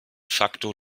facto